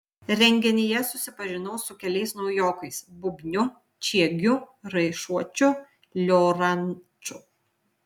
renginyje susipažinau su keliais naujokais bubniu čiegiu raišuočiu lioranču